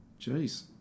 Jeez